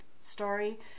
story